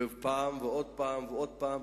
ביקשנו פעם ועוד פעם ועוד פעם,